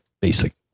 Basic